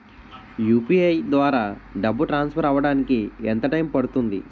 UPI ద్వారా డబ్బు transfer అవ్వడానికి ఎంత టైం పడుతుంది?